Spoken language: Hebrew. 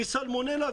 מסלמונלה,